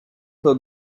for